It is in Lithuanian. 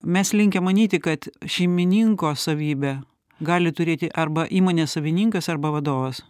mes linkę manyti kad šeimininko savybė gali turėti arba įmonės savininkas arba vadovas